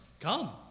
Come